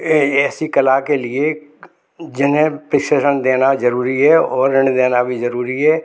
ये ऐसी कला के लिए जिन्हें पेशेरन देना जरूरी है और ऋण देना भी जरूरी है